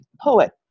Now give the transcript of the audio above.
poet